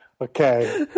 Okay